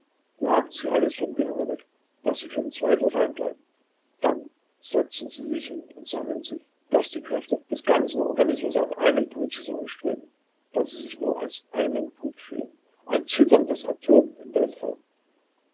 jagen sie alles vom gehirne weg daß sie vom zweifel rein bleiben dann setzen sie sich hin und sammeln sich daß die kräfte des ganzen organismus auf einen punkt zusammenströmen daß sie sich nur als einen punkt fühlen ein zitterndes atom im weltenraum